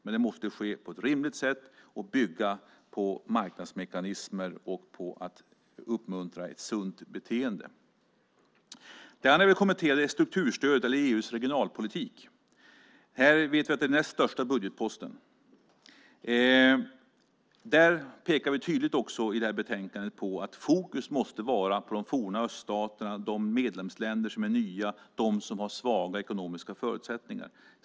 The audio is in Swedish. Men det måste ske på ett rimligt sätt och bygga på marknadsmekanismer och på att uppmuntra ett sunt beteende. Det andra jag vill kommentera är strukturstödet - EU:s regionalpolitik. Det är den näst största budgetposten. I utlåtandet pekar vi tydligt på att fokus måste vara på de forna öststaterna, de medlemsländer som är nya, de som har svaga ekonomiska förutsättningar.